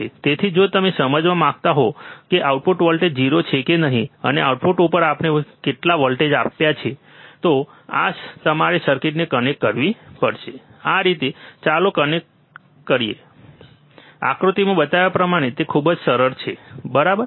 તેથી જો તમે સમજવા માંગતા હો કે આઉટપુટ વોલ્ટેજ 0 છે કે નહીં અને આઉટપુટ ઉપર આપણે કેટલા વોલ્ટેજ આપવા છે તો તમારે સર્કિટને કનેક્ટ કરવી પડશે આ રીતે હવે ચાલો કનેક્ટ સર્કિટ જોઈએ આકૃતિમાં બતાવ્યા પ્રમાણે તે ખૂબ જ સરળ છે બરાબર